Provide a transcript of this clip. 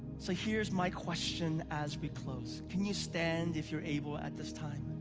so here's my question as we close. can you stand, if you're able, at this time?